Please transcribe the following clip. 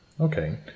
Okay